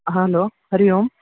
hello हरिः ओम्